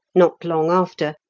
not long after,